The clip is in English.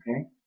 Okay